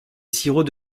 sirop